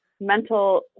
mental